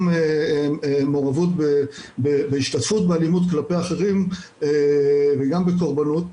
גם מעורבות בהשתתפות באלימות כלפי אחרים וגם בקורבנות,